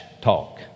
talk